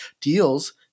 deals